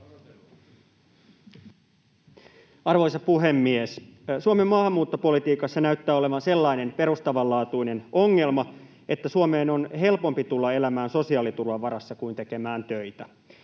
Arvoisa puhemies! Suomen maahanmuuttopolitiikassa näyttää olevan sellainen perustavanlaatuinen ongelma, että Suomeen on helpompi tulla elämään sosiaaliturvan varassa kuin tekemään töitä.